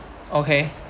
okay